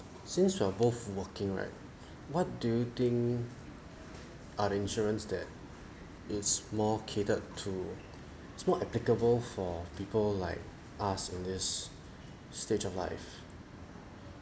since we are both working right what do you think are insurance that is more catered to it's more applicable for people like us in this stage of life